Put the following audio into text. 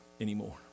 anymore